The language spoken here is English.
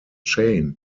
chain